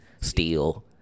steal